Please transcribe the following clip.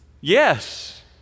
Yes